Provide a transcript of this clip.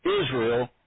Israel